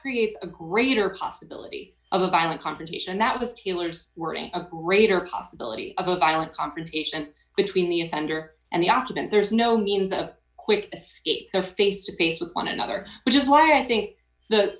creates a greater possibility of a violent confrontation that was taylor's wording a greater possibility of a violent confrontation between the offender and the occupant there's no means a quick escape their face to face with one another which is why i think the